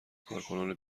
کارکنان